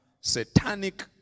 satanic